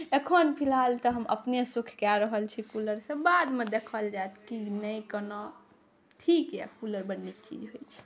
एखन फिलहाल तऽ हम अपने सुख कऽ रहल छी कूलरसँ बादमे देखल जाएत कि नहि कोना ठीक अइ कूलर बढ़िआँ चीज होइ छै